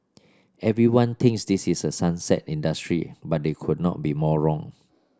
everyone thinks this is a sunset industry but they could not be more wrong